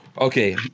Okay